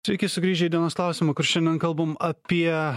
sveiki sugrįžę į dienos klausimą kur šiandien kalbam apie